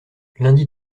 lundi